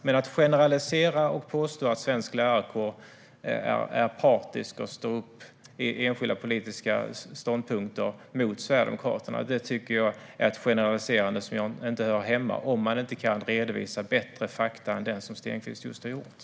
Men att generalisera och påstå att den svenska lärarkåren är partisk och står upp för enskilda politiska ståndpunkter mot Sverigedemokraterna, det tycker jag är ett generaliserande som inte hör hemma här om man inte kan redovisa bättre fakta än Stenkvist just gjorde.